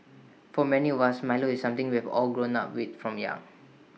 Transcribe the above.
for many of us milo is something we've all grown up with from young